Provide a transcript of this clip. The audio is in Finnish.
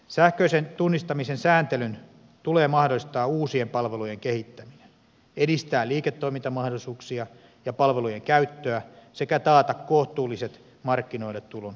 sähköisen tunnistamisen sääntelyn tulee mahdollistaa uusien palvelujen kehittäminen edistää liiketoimintamahdollisuuksia ja palvelujen käyttöä sekä taata kohtuulliset markkinoille tulon edellytykset